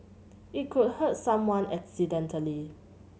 it could hurt someone accidentally